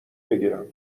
بگیرم